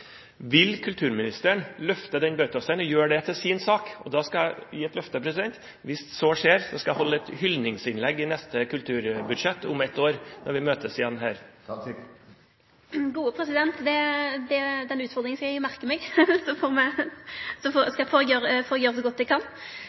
vil reise bautasteiner etter seg. Bautasteinen for korlivet er faktisk ledig. Vil kulturministeren løfte den bautasteinen og gjøre det til sin sak? Da skal jeg gi et løfte: Hvis så skjer, skal jeg holde et hyllingsinnlegg i neste kulturbudsjettdebatt om ett år når vi møtes igjen her. Den utfordringa skal eg merke meg, så får eg gjere så godt eg kan.